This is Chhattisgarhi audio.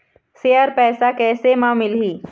शेयर पैसा कैसे म मिलही?